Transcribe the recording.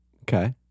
Okay